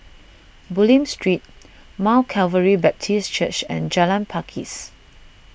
Bulim Street Mount Calvary Baptist Church and Jalan Pakis